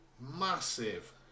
massive